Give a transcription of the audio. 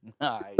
Nice